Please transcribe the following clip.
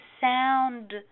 sound